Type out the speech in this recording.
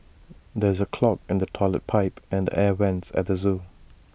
there is A clog in the Toilet Pipe and the air Vents at the Zoo